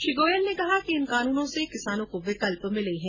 श्री गोयल ने कहा कि इन कानूनों से किसानों को विकल्प मिले हैं